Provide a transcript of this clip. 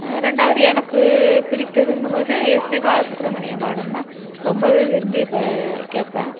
ரெண்டாவது எனக்கு பிடித்ததுங்கும்போது எஸ்பி பாலசுப்ரமணியம் பாடல்னால் ரொம்பவே விரும்பி கேட்பேன்